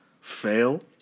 fail